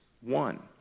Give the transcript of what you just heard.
one